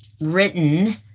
written